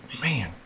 man